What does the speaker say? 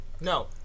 No